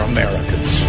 Americans